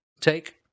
take